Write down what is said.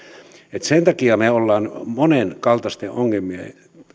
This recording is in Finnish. sen takia me olemme monenkaltaisten ongelmien